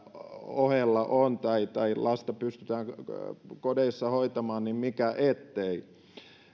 ohella on tai tai lasta pystytään kodissa hoitamaan niin mikä ettei